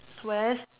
whereas